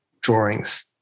drawings